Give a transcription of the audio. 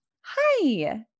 Hi